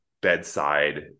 bedside